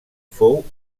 fou